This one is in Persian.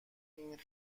این